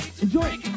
Enjoy